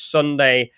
Sunday